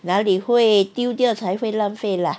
哪里会丢掉才会浪费 lah